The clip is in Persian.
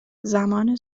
زمان